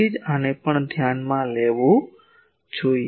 તેથી તેથી જ આને પણ ધ્યાનમાં લેવું જોઈએ